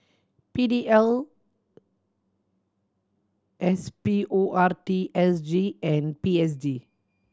P D L S P O R T S G and P S D